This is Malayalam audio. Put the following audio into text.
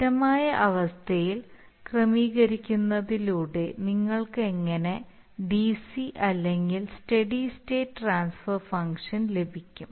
സ്ഥിരമായ അവസ്ഥയിൽ ക്രമീകരിക്കുന്നതിലൂടെ നിങ്ങൾക്ക് എങ്ങനെ ഡിസി അല്ലെങ്കിൽ സ്റ്റെഡി സ്റ്റേറ്റ് ട്രാൻസ്ഫർ ഫംഗ്ഷൻ ലഭിക്കും